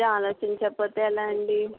ఆలోచించకపోతే ఎలా అండి